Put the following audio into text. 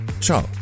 ciao